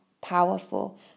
powerful